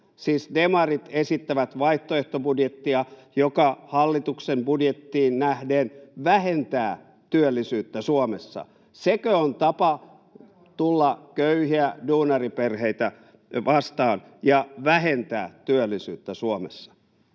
demarit esittävät vaihtoehtobudjettia, joka hallituksen budjettiin nähden vähentää työllisyyttä Suomessa. Sekö on tapa tulla köyhiä duunariperheitä vastaan ja vähentää työllisyyttä Suomessa?